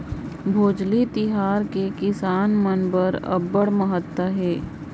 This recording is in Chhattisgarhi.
भोजली तिहार के किसान मन बर अब्बड़ महत्ता हे